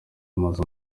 amazi